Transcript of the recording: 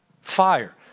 Fire